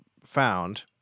found